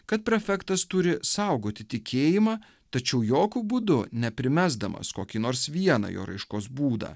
kad prefektas turi saugoti tikėjimą tačiau jokiu būdu neprimesdamas kokį nors vieną jo raiškos būdą